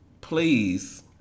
Please